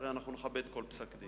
הרי אנחנו נכבד כל פסק-דין.